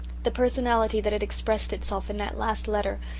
the personality that had expressed itself in that last letter,